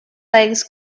legs